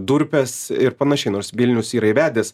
durpės ir panašiai nors vilnius yra įvedęs